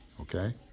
okay